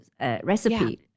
recipe